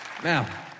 Now